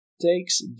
takes